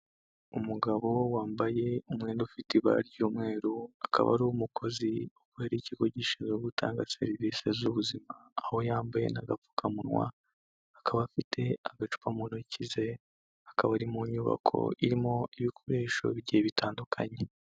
Umugabo wambaye umwenda ufite ibara ry'umweru, akaba ari umukozi ukorera ikigo gishinzwe gutanga serivisi z'ubuzima, aho yambaye n'agapfukamunwa, akaba afite agacupa mutoki ze, akaba ari mu nyubako irimo ibikoresho bigiye bitandukanye.